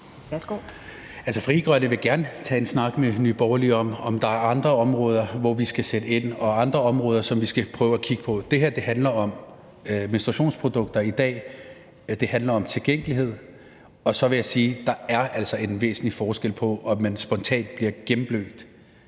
Frie Grønne vil gerne tage en snak med Nye Borgerlige om, om der er andre områder, hvor vi skal sætte ind, og andre områder, som vi skal prøve at kigge på. Men det her i dag handler om menstruationsprodukter, det handler om tilgængelighed, og så vil jeg altså sige, at der er en væsentlig forskel på, om man spontant bliver gennemblødt